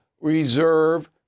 reserve